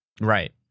Right